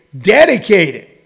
dedicated